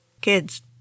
Kids